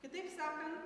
kitaip sakant